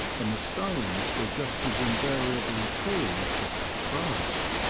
and the stones were just as invariably true to their trust.